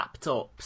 laptops